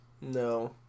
No